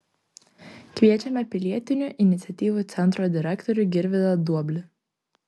kviečiame pilietinių iniciatyvų centro direktorių girvydą duoblį